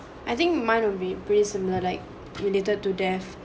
I think mine would be pretty similar like related to death